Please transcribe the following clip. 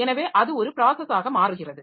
எனவே அது ஒரு ப்ராஸஸாக மாறுகிறது